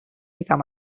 কাম